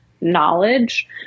knowledge